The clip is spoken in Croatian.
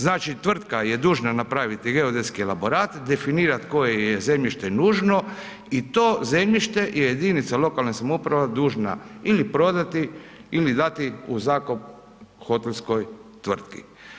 Znači tvrtka je dužna napraviti geodetski elaborat, definirat koje je zemljište nužno i to zemljište je jedinica lokalne samouprave dužna ili prodati ili dati u zakup hotelskoj tvrtki.